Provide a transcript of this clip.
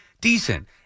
decent